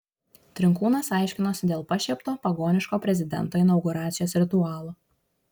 trinkūnas aiškinosi dėl pašiepto pagoniško prezidento inauguracijos ritualo